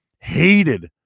Hated